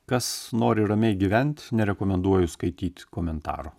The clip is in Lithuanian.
kas nori ramiai gyvent nerekomenduoju skaityti komentarų